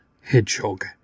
hedgehog